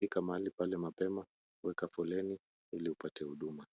fika mahali pale mapema, weka foleni ili upate huduma.